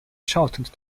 shortened